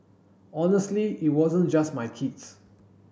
honestly it wasn't just my kids